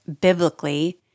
biblically